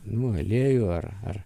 nu aliejų ar ar